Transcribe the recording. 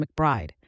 McBride